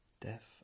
death